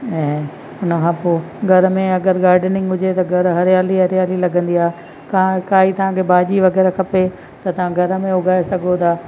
ऐं हुनखां पोइ घर में अगरि गार्डनिंग हुजे घर हरियाली हरियाली लॻंदी आहे का काई तव्हां खे भाॼी वग़ैरह खपे त तव्हां घर में उगाए सघो था